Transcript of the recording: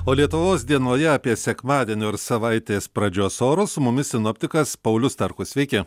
o lietuvos dienoje apie sekmadienio ir savaitės pradžios orus su mumis sinoptikas paulius starkus sveiki